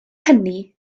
hynny